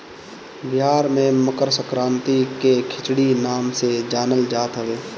बिहार में मकरसंक्रांति के खिचड़ी नाम से जानल जात हवे